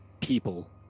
people